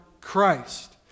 Christ